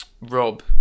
Rob